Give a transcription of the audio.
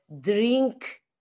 drink